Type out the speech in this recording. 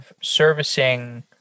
servicing